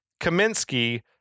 Kaminsky